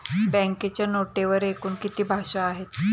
बँकेच्या नोटेवर एकूण किती भाषा आहेत?